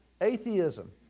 atheism